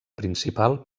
principal